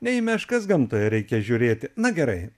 ne į meškas gamtoje reikia žiūrėti na gerai